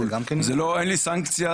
אין לי סנקציה,